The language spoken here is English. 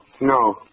No